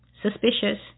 suspicious